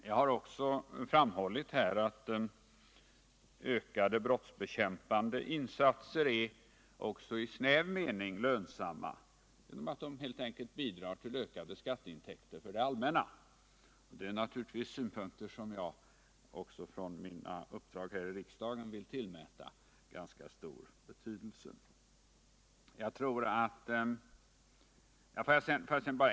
Jag har också framhållit att ökade brottsbekämpande insatser även i snäv mening är lönsamma genom att de helt enkelt bidrar till ökade skatteintäkter för det allmänna. Det är synpunkter som jag naturligtvis också med utgångspunkt i mina uppdrag här i riksdagen 125 vill tillmäta ganska stor betydelse.